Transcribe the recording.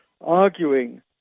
arguing